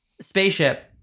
spaceship